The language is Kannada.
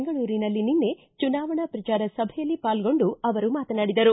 ಬೆಂಗಳೂರಿನಲ್ಲಿ ನಿನ್ನೆ ಚುನಾವಣಾ ಪ್ರಚಾರ ಸಭೆಯಲ್ಲಿ ಪಾಲ್ಗೊಂಡು ಅವರು ಮಾತನಾಡಿದರು